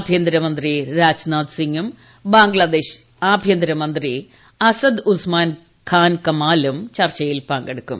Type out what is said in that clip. ആഭ്യന്തരമന്ത്രി രാജ്നാഥ് സിംഗും ബംഗ്ലാദേശ് ആഭ്യന്തരമന്ത്രി അസദ്ഉസ്മാൻ ഖാൻ കമാലും ചർച്ചയിൽ പങ്കെടുക്കും